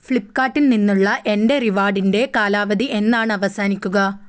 ഫ്ലിപ്പ്കാർട്ടിൽ നിന്നുള്ള എൻ്റെ റിവാർഡിൻ്റെ കാലാവധി എന്നാണ് അവസാനിക്കുക